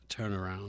turnaround